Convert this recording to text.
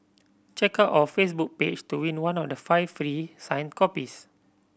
check out our Facebook page to win one of the five free signed copies